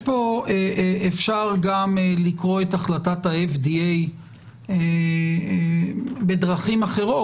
אפשר גם לקרוא את החלטת ה-FDA בדרכים אחרות,